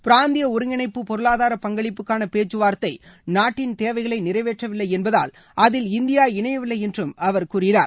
பிராந்திய ஒருங்கிணைப்பு பொருளதார பங்களிப்புக்கான பேச்கவார்த்தை நாட்டின் தேவைகளை நிறைவேற்றவில்லை என்பதால் அதில் இந்தியா இணையவில்லை என்றும் அவர் கூறினார்